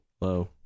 hello